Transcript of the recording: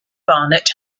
barnet